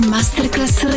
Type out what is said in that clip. Masterclass